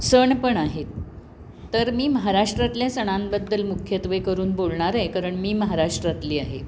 सण पण आहेत तर मी महाराष्ट्रातल्या सणांबद्दल मुख्यत्वेकरून बोलणार आहे कारण मी महाराष्ट्रातली आहे